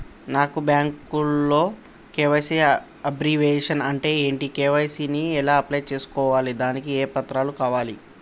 నాకు బ్యాంకులో KYC abbreviation అంటే ఏంటి కే.వై.సీ ని ఎలా అప్లై చేసుకోవాలి దానికి ఏ పత్రాలు కావాలి?